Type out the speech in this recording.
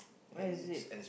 where is it